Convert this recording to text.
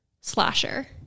slasher